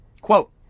Quote